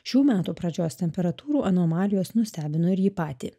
šių metų pradžios temperatūrų anomalijos nustebino ir jį patį